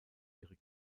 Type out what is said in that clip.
ihre